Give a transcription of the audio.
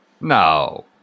No